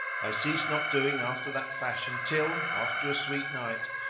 i ceased not doing after that fashion till, after a sweet night,